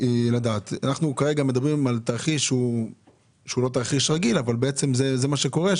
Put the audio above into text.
אנחנו כרגע מדברים על תרחיש שהוא לא תרחיש רגיל אבל בעצם זה מה שקורה,